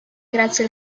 grazie